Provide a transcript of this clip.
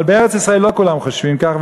אבל בארץ-ישראל לא כולם חושבים כך,